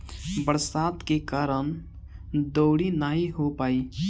बरसात के कारण दँवरी नाइ हो पाई